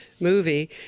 Movie